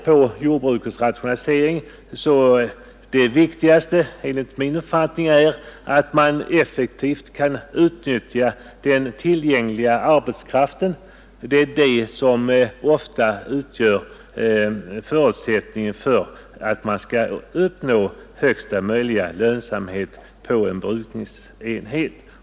För jordbrukets rationalisering är enligt min uppfattning det viktigaste att man effektivt kan utnyttja den tillgängliga arbetskraften — det utgör ofta förutsättningen för att man skall uppnå högsta möjliga lönsamhet på en brukningsenhet.